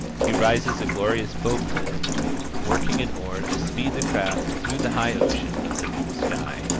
he rises a glorious boatman in the morning, working an oar to speed the craft through the high ocean of the noon sky.